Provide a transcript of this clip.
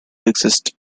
exist